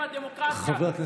בבקשה.